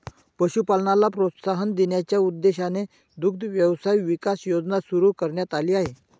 पशुपालनाला प्रोत्साहन देण्याच्या उद्देशाने दुग्ध व्यवसाय विकास योजना सुरू करण्यात आली आहे